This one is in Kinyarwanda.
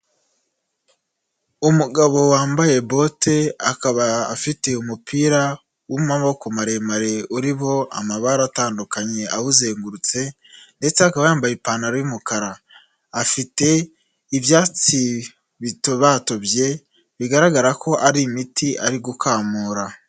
Umugabo wambaye bote, akaba afite umupira w'amaboko maremare uriho amabara atandukanye awuzengurutse, ndetse akaba yambaye ipantaro y'umukara, afite ibyatsi bitobatobye bigaragara ko ari imiti ari gukamura.